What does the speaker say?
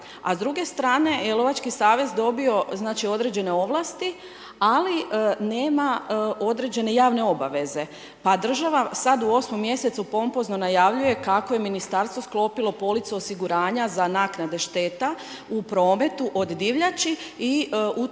A s druge strane je Lovački savez dobio određene ovlasti, ali nema određene javne obaveze, pa država sad u 8. mjesecu sad pompozno najavljuje kako je ministarstvo sklopilo policu osiguranja za naknade šteta u prometu od divljači, i u to